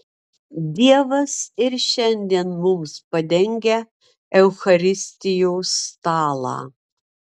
dievas ir šiandien mums padengia eucharistijos stalą